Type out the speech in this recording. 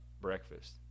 breakfast